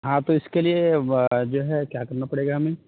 ہاں تو اِس کے لیے وہ جو ہے کیا کرنا پڑے گا ہمیں